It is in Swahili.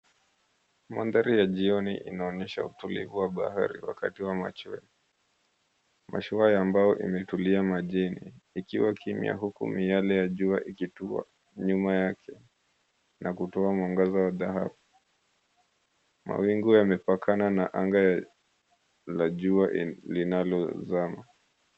Mandhari ya jioni inaonyesha utulivu wa bahari wakati wa machweo. Mashua ya mbao imetulia majini, ikiwa kimya. Huku miale ya jua ikitua nyuma yake, na kutoa mwangaza wa dhahabu. Mawingu yamepakana na anga la jua linalozama.